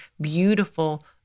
beautiful